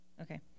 Okay